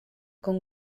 con